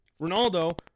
Ronaldo